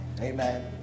Amen